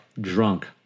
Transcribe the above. drunk